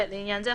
(ב) לעניין זה,